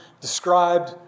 described